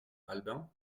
albin